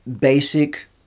basic